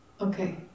Okay